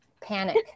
Panic